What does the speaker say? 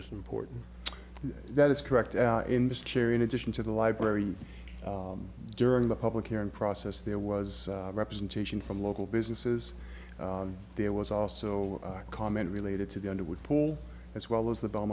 is important that is correct in this chair in addition to the library during the public hearing process there was representation from local businesses there was also a comment related to the underwood pool as well as the b